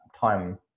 time